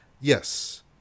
yes